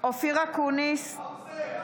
(קוראת בשם חבר הכנסת) אופיר אקוניס, האוזר, אתה,